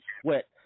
Sweat